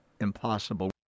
impossible